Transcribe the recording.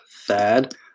Thad